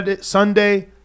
Sunday